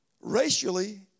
Racially